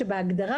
פנסיוני.